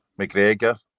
McGregor